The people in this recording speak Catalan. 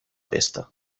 pesta